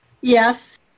Yes